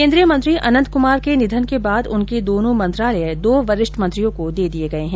केन्द्रीय मंत्री अनंत कुमार के निधन के बाद उनके दोनो मंत्रालय दो वरिष्ठ मंत्रियों को दे दिये गये है